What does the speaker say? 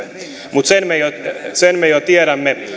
mutta sen me jo tiedämme